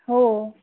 हो